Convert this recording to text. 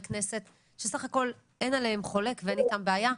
כנסת שסך הכל אין עליהם חולק ואין איתם בעיה,